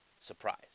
Surprise